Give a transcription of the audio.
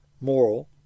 moral